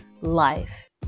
life